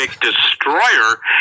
Destroyer